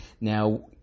Now